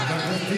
עבר הזמן, אדוני.